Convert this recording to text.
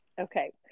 Okay